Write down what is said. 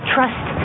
Trust